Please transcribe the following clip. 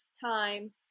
time